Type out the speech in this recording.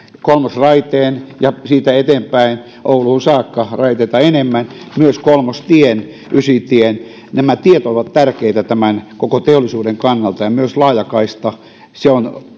kolmosraiteen ja siitä eteenpäin ouluun saakka raiteita enemmän ja myös kolmostien ysitien nämä tiet ovat tärkeitä tämän koko teollisuuden kannalta ja myös laajakaista on